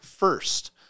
First